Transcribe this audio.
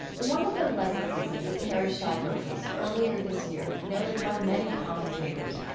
one of the legacies of the terri schiavo case earlier this year, noted by many commentators,